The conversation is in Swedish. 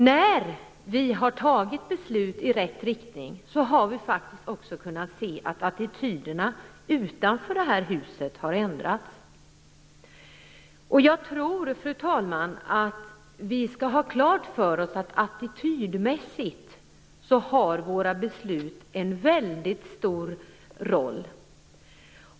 När vi har fattat beslut i rätt riktning har vi faktiskt också kunnat se att attityderna utanför det här huset har ändrats. Jag tror, fru talman, att vi skall ha klart för oss att våra beslut attitydmässigt spelar en väldigt stor roll.